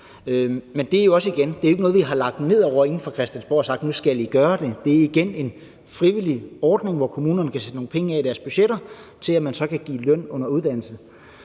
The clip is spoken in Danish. Men igen er det jo ikke noget, vi har lagt ned over nogen fra Christiansborgs side og sagt, at nu skal I gøre det, for det er igen en frivillig ordning, hvor kommunerne kan sætte nogle penge af i deres budgetter, til at man så kan give løn under uddannelse.